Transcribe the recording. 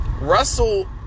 Russell